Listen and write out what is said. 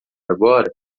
agora